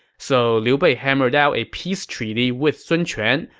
so liu bei hammered out a peace treaty with sun quan,